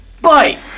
Bye